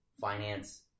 finance